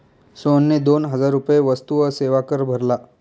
सोहनने दोन हजार रुपये वस्तू व सेवा कर भरला